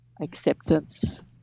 acceptance